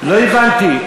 לא הבנתי.